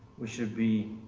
we should be